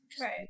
Right